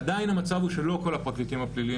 עדיין המצב הוא שלא כל הפרקליטים הפליליים